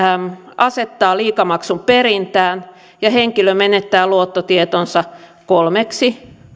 asettaa liikamaksun perintään ja henkilö menettää luottotietonsa kolmeksi